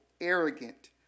arrogant